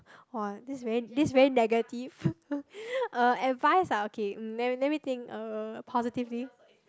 [wah] this is this is very negative uh advice ah okay let me think mm positively